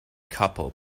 couple